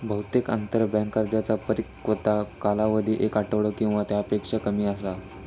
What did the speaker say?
बहुतेक आंतरबँक कर्जांचो परिपक्वता कालावधी एक आठवडो किंवा त्यापेक्षा कमी असता